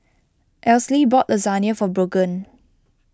Esley bought Lasagne for Brogan